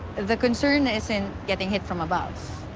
the concern isn't getting hit from above.